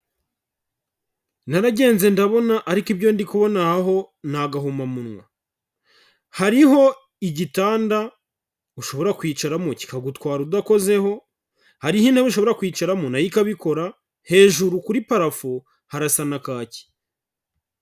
Naragenze ndabona ariko ibyo ndi kubona ahaho ni agahomamunwa, hariho igitanda ushobora kwicaramo kikagutwara udakozeho, hari ni intebe ushobora kwicaramo nayo ikabikora, hejuru kuri parafo harasa na kaki.